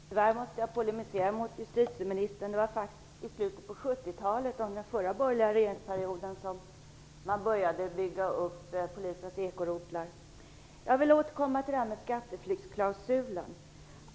Fru talman! Tyvärr måste jag polemisera mot justitieministern. Det var faktiskt i slutet på 70-talet, under den förra regeringsperioden, som man började bygga upp Polisens ekorotlar. Jag vill återgå till detta med skatteflyktsklausulen.